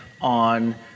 on